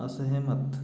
असहमत